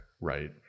right